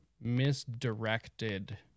misdirected